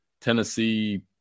Tennessee